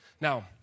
Now